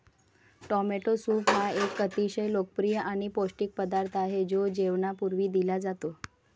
tomato soup हा एक अतिशय लोकप्रिय आणि पौष्टिक पदार्थ आहे जो जेवणापूर्वी दिला जातो